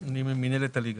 אני ממינהלת הליגה.